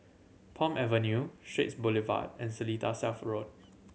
Palm Avenue Straits Boulevard and Seletar South Road